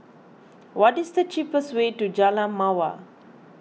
what is the cheapest way to Jalan Mawar